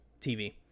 tv